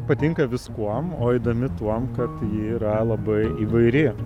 patinka viskuom o įdomi tuom kad ji yra labai įvairi